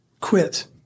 Quit